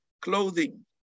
clothing